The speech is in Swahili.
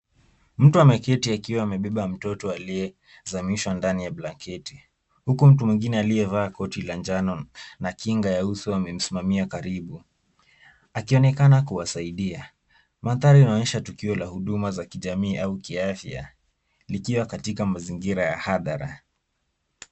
Mtu ameketi akiwa amebeba mtoto aliyezamishwa ndani ya blanketi huku mtu mwingine akiyevalia koti la manjano na kinga ya uso amemsimamia karibu akionekana kuwasaidia. Manthari inaonyesha tukio la huduma za jamii au kiafya likiwa katika mazingira ya hadhara.